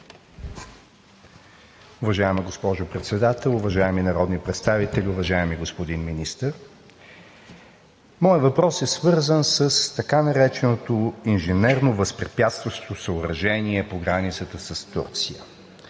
Уважаема госпожо Председател, уважаеми народни представители, уважаеми господин Министър! Моят въпрос е свързан с така нареченото инженерно възпрепятстващо съоръжение по границата с Турция.